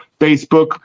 Facebook